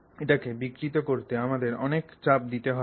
এটাকে বিকৃত করতে আমাদের অনেক চাপ দিতে হবে